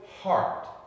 heart